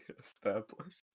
established